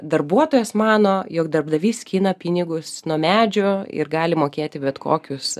darbuotojas mano jog darbdavys skina pinigus nuo medžio ir gali mokėti bet kokius